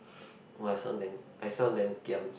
[wah] this one damn this one damn giam